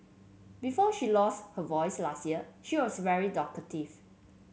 before she lost her voice last year she was very talkative